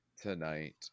tonight